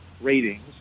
ratings